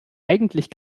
eigentlich